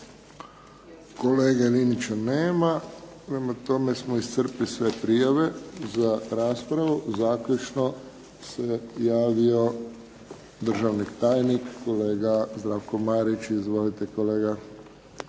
Kolege Linića nema. Prema tome, iscrpili smo sve prijave za raspravu. Zaključeno se javio državni tajnik kolega Zdravko Marić. Izvolite kolega.